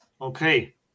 Okay